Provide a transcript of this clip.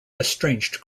estranged